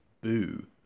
Boo